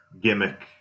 gimmick